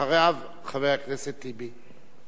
אחריו, חבר הכנסת טיבי.